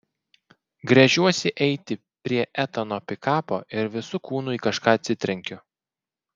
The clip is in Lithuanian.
gręžiuosi eiti prie etano pikapo ir visu kūnu į kažką atsitrenkiu